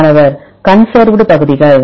மாணவர் கன்சர்வ்டு பகுதிகள்